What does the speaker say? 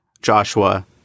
joshua